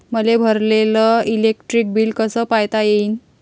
मले भरलेल electric bill कस पायता येईन?